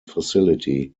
facility